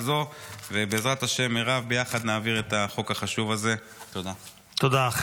להעביר את הצעת החוק לדיון בוועדת הבריאות.